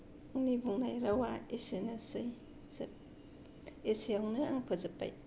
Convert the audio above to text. आंनि बुंनाय रावा एसेनोसै जोब एसेआवनो आं फोजोब्बाय